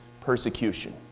persecution